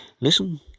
Listen